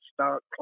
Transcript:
start